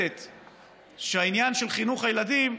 מעוותת של העניין של חינוך הילדים.